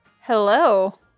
Hello